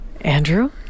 Andrew